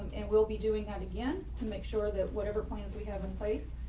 and we'll be doing that, again to make sure that whatever plans we have in place,